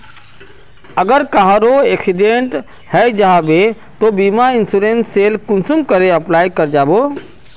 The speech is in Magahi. अगर कहारो एक्सीडेंट है जाहा बे तो बीमा इंश्योरेंस सेल कुंसम करे अप्लाई कर बो?